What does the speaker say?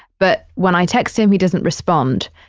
but when i text him, he doesn't respond.